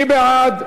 מי בעד?